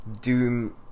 Doom